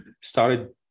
started